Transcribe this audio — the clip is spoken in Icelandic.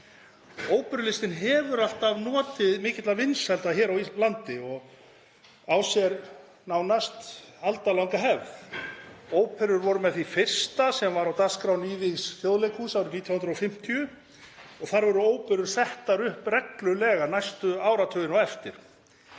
Óperulistin hefur alltaf notið mikilla vinsælda hér á landi og á sér nánast aldalanga hefð. Óperur voru með því fyrsta sem var á dagskrá nývígðs Þjóðleikhúss árið 1950 og þar voru óperur settar upp reglulega næstu áratugina á eftir.